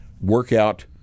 workout